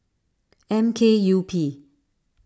M K U P